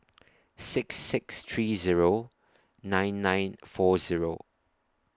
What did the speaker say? six six three Zero nine nine four Zero